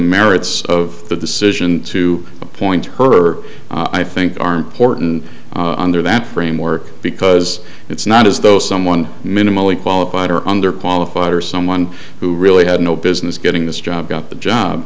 merits of the decision to appoint her i think are important on their that framework because it's not as though someone minimally qualified or under qualified or someone who really had no business getting this job got the job